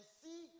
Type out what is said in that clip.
see